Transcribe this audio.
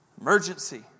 Emergency